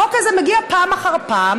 החוק הזה מגיע פעם אחר פעם